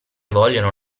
vogliono